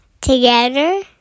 together